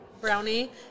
brownie